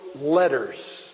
letters